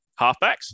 halfbacks